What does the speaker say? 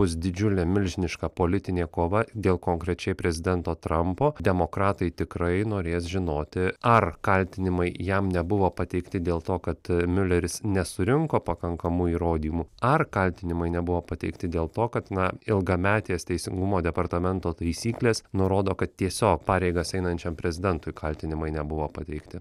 bus didžiulė milžiniška politinė kova dėl konkrečiai prezidento trampo demokratai tikrai norės žinoti ar kaltinimai jam nebuvo pateikti dėl to kad miuleris nesurinko pakankamų įrodymų ar kaltinimai nebuvo pateikti dėl to kad na ilgametės teisingumo departamento taisyklės nurodo kad tiesiog pareigas einančiam prezidentui kaltinimai nebuvo pateikti